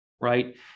right